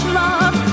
love